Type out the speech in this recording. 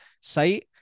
Sai